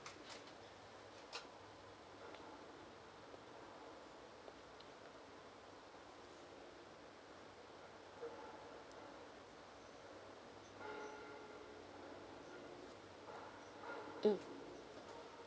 mm